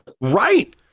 right